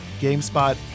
GameSpot